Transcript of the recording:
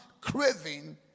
craving